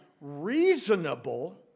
reasonable